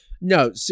No